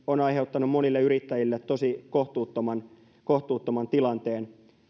on aiheuttanut monille yrittäjille tosi kohtuuttoman kohtuuttoman tilanteen